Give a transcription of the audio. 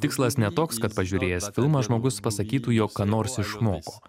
tikslas ne toks kad pažiūrėjęs filmą žmogus pasakytų jog ką nors išmoko